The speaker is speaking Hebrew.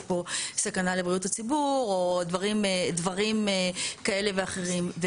פה סכנה לבריאות הציבור או דברים כאלה ואחרים.